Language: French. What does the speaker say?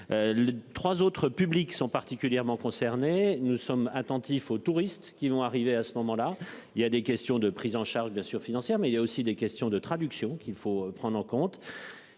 trois autres publics sont particulièrement concernés, nous sommes attentifs aux touristes qui vont arriver à ce moment-là il y a des questions de prise en charge bien sûr financière mais il y a aussi des questions de traduction, qu'il faut prendre en compte.